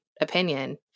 opinion